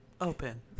open